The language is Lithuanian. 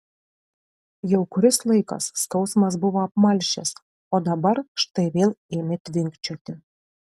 jau kuris laikas skausmas buvo apmalšęs o dabar štai vėl ėmė tvinkčioti